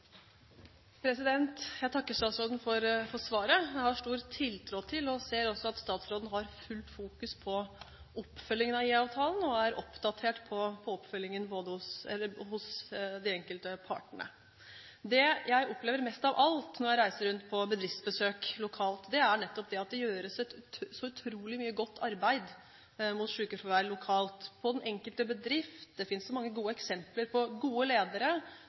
Jeg takker statsråden for svaret. Jeg har stor tiltro til og ser også at statsråden har fullt fokus på oppfølgingen av IA-avtalen og er oppdatert på oppfølgingen hos de enkelte partene. Det jeg opplever mest av alt når jeg reiser rundt på bedriftsbesøk lokalt, er nettopp det at det gjøres så utrolig mye godt arbeid med sykefravær lokalt på den enkelte bedrift. Det finnes mange gode eksempler på gode ledere